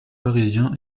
parisien